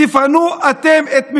תפנו אתם את מקומכם.